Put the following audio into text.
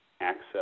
access